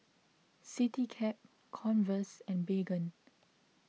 CityCab Converse and Baygon